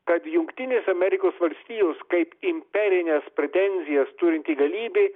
kad jungtinės amerikos valstijos kaip imperines pretenzijas turinti galybė